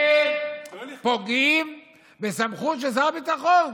בזה פוגעים בסמכות של שר הביטחון.